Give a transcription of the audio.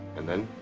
and then?